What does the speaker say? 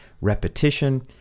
repetition